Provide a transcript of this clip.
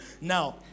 now